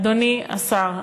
אדוני השר,